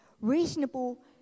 reasonable